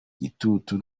igitutu